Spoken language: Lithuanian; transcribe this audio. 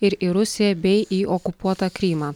ir į rusiją bei į okupuotą krymą